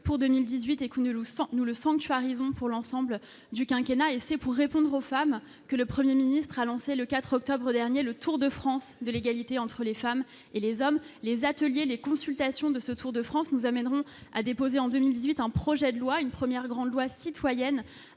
pour 2018 et ou, sans nous le sanctuarisant pour l'ensemble du quinquennat et c'est pour répondre aux femmes que le 1er ministre a lancé le 4 octobre dernier le Tour de France, de l'égalité entre les femmes et les hommes, les ateliers, les consultations de ce Tour de France nous amèneront à déposer en 2018, un projet de loi une première grande loi citoyenne